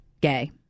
gay